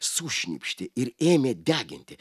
sušnypštė ir ėmė deginti